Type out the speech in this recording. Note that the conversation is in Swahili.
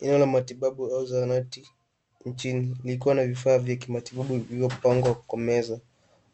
Eneo la matibabu au zahanati nchini likiwa na vifaa vya kimatibabu vilivyopangwa kwa meza.